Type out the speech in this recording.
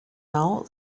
now